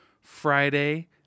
Friday